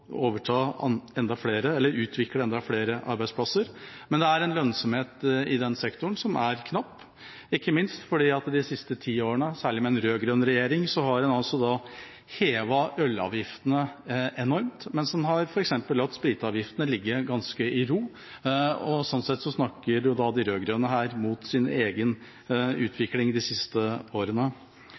utvikle enda flere arbeidsplasser. Men det er en knapp lønnsomhet i den sektoren, ikke minst fordi en de siste ti årene – særlig under den rød-grønne regjeringa – har hevet ølavgiftene enormt, mens en har latt f.eks. spritavgiftene ligge ganske i ro. Sånn sett snakker de rød-grønne her imot sin egen utvikling de siste årene.